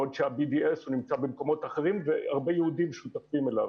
בעוד שה-BDS נמצא במקומות אחרים והרבה יהודים שותפים לו.